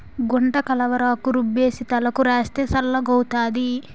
గుంటకలవరాకు రుబ్బేసి తలకు రాస్తే చల్లగౌతాది